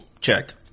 check